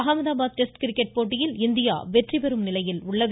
Ahmedabad test cricket போட்டியில் India வெற்றிபெறும் நிலையில் உள்ளது